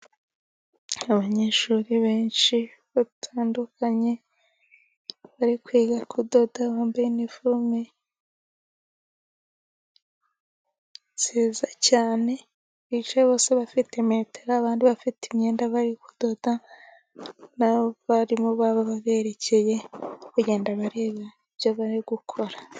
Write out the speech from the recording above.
Abanyeshuri benshi batandukanye bari kwiga kudoda bambaye inifurume nziza cyane, bicaye bose bafite metero abandi bafite imyenda bari kudoda. Abaririmu baberekeye bari kugenda bareba ibyo bari gukora.